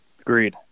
Agreed